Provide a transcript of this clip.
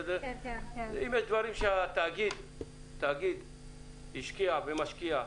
אם יש דברים שהתאגיד השקיע ומשקיע,